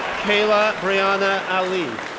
kayla brianna ali,